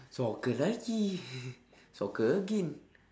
soccer lagi soccer again